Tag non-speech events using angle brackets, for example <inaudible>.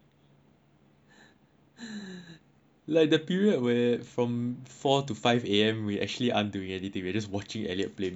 <noise> like the period where from four to five A_M we're actually aren't doing anything we're just watching elliot play maple